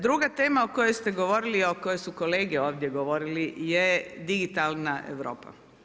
Druga tema o kojoj ste govorili, o kojoj su kolege ovdje govorili je digitalna Europa.